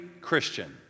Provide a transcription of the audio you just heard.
Christian